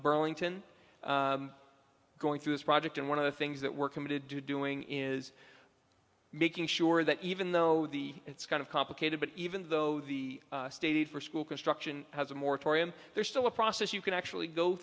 burlington going through this project and one of the things that we're committed to doing is making sure that even though the it's kind of complicated but even though the state for school construction has a moratorium there's still a process you can actually go